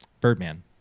Birdman